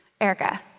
Erica